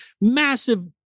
massive